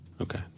Okay